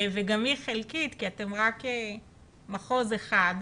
וגם היא חלקית כי אתם רק מחוז אחד,